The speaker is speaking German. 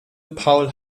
paul